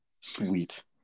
Sweet